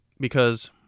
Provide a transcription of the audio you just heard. because-